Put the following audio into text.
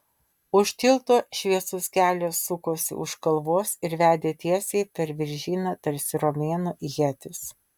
už tilto šviesus kelias sukosi už kalvos ir vedė tiesiai per viržyną tarsi romėnų ietis